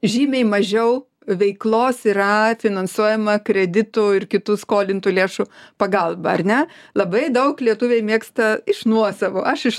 žymiai mažiau veiklos yra finansuojama kreditų ir kitų skolintų lėšų pagalba ar ne labai daug lietuviai mėgsta iš nuosavo aš iš